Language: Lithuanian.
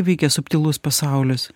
veikia subtilus pasaulis